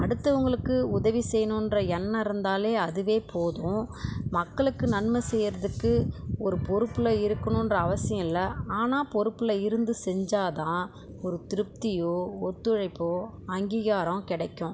அடுத்தவங்களுக்கு உதவி செய்யணுன்ற எண்ணம் இருந்தாலே அதுவே போதும் மக்களுக்கு நன்மை செய்யறதுக்கு ஒரு பொறுப்பில் இருக்கணுன்ற அவசியம் இல்லை ஆனால் பொறுப்பில் இருந்து செஞ்சால் தான் ஒரு திருப்தியோ ஒத்துழைப்போ அங்கீகாரம் கிடைக்கும்